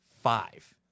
five